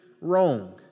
wrong